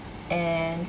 and